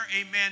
amen